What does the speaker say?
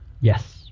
Yes